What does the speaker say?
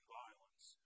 violence